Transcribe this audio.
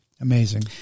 Amazing